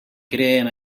creen